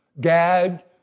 Gad